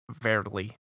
verily